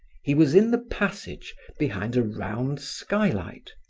he was in the passage, behind a round skylight.